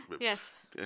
Yes